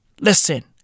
Listen